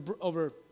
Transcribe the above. over